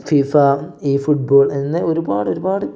FIFA ഈ football എന്ന് ഒരുപാട് ഒരുപാട്